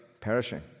perishing